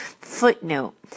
footnote